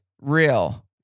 real